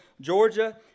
Georgia